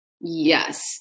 Yes